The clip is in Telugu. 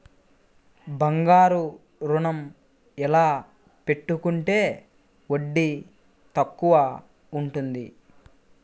బంగారు ఋణం ఎలా పెట్టుకుంటే వడ్డీ తక్కువ ఉంటుంది?